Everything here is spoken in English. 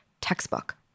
textbook